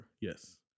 Yes